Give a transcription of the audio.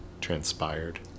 transpired